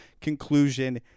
conclusion